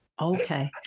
Okay